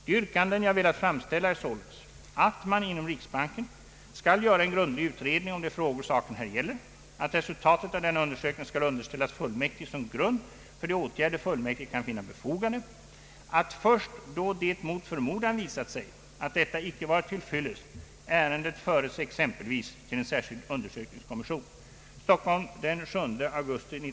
De yrkanden jag velat framställa är således att man inom riksbanken skall göra en grundlig utredning om de frågor saken här gäller, att resultatet av denna undersökning skall underställas Fullmäktige som grund för de åtgärder Fullmäktige kan finna befogade, att först då det mot förmodan visat sig att detta icke varit till fyllest ärendet föres exempelvis till en särskild undersökningskommission.